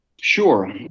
Sure